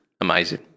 amazing